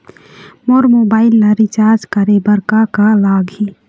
मोर mobile ला recharge करे बर का का लगही?